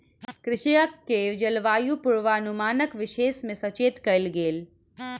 कृषक के जलवायु पूर्वानुमानक विषय में सचेत कयल गेल